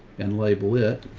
and label it.